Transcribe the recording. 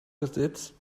gesetz